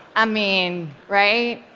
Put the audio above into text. i mean, right?